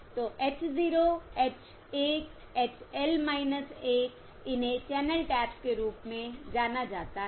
तो h 0 h 1 h L 1 इन्हें channel taps के रूप में जाना जाता है